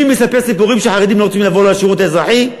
מי מספר סיפורים שהחרדים לא רוצים לבוא לשירות האזרחי?